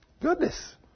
Goodness